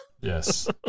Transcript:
Yes